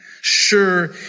Sure